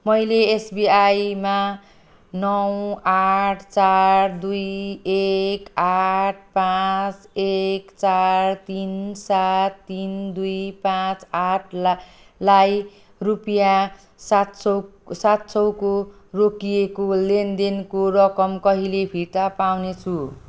मैले एसबिआईमा नौ आठ चार दुई एक आठ पाँच एक चार तिन सात तिन दुई पाँच आठ ला लाई रुपियाँ सात सय सात सयको रोकिएको लेनदेनको रकम कहिले फिर्ता पाउनेछु